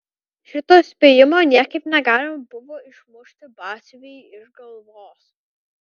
šito spėjimo niekaip negalima buvo išmušti batsiuviui iš galvos